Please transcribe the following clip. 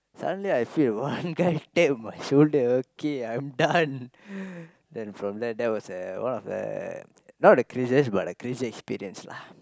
suddenly I feel one guy tap on my shoulder okay I'm done then from that that was a one of the not the craziest but the crazy experience lah